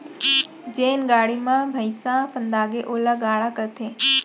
जेन गाड़ी म भइंसा फंदागे ओला गाड़ा कथें